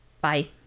Bye